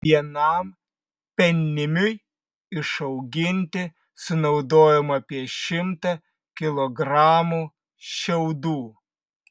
vienam penimiui išauginti sunaudojama apie šimtą kilogramų šiaudų